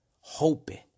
hoping